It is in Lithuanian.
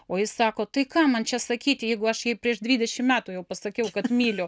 o jis sako tai kam man čia sakyti jeigu aš jai prieš dvidešim metų jau pasakiau kad myliu